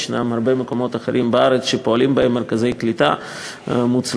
יש הרבה מקומות אחרים בארץ שפועלים בהם מרכזי קליטה מוצלחים.